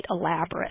elaborate